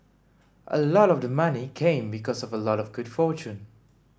a lot of the money came because of a lot of good fortune